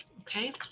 Okay